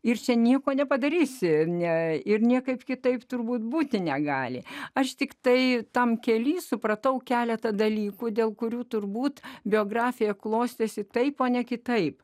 ir čia nieko nepadarysi ne ir niekaip kitaip turbūt būti negali aš tiktai tam kelyje supratau keletą dalykų dėl kurių turbūt biografija klostėsi taip o ne kitaip